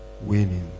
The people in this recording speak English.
Winning